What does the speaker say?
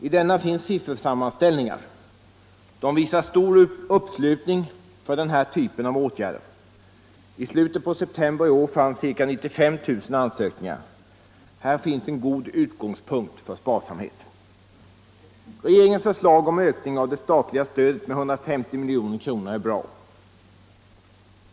I denna finns siffersammanställningar. De visar stor uppslutning kring den här typen av åtgärder. I slutet på september i år förelåg ca 95 000 ansökningar. Här finns en god utgångspunkt för sparsamhet. Regeringens förslag om ökning av det statliga stödet med 150 milj.kr. är bra.